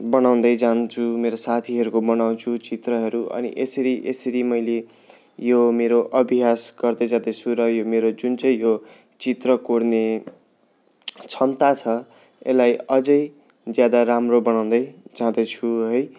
बनाउँदै जान्छु मेरो साथीहरूको बनाउँछु चित्रहरू अनि यसरी यसरी मैले यो मेरो अभ्यास गर्दै जाँदैछु र यो मेरो जुन चाहिँ मेरो यो चित्र कोर्ने क्षमता छ यसलाई अझै ज्यादा राम्रो बनाउँदै जाँदैछु है